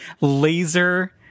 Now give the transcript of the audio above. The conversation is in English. laser